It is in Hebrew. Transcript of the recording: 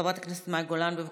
חברת הכנסת מאי גולן, בבקשה.